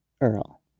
earl